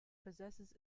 possesses